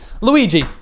Luigi